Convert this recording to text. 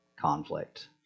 conflict